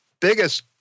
biggest